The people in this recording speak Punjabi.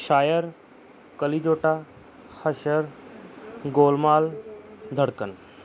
ਸ਼ਾਇਰ ਕਲੀ ਚੋਟਾ ਹਸ਼ਰ ਗੋਲ ਮਾਲ ਧੜਕਣ